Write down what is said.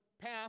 path